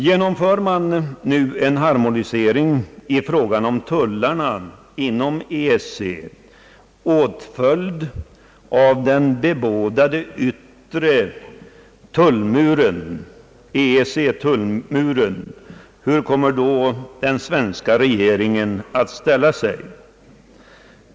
Genomför man nu en harmonisering i fråga om tullarna inom EEC, åtföljd av den bebådade yttre tullmuren, EEC-tullmuren, hur kommer då svenska regeringen att ställa sig?